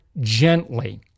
gently